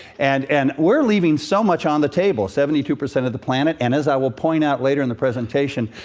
and and we're leaving so much on the table, seventy two percent of the planet. and as i will point out later in the presentation,